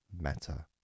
matter